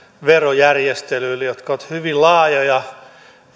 verojärjestelyille jotka ovat hyvin laajoja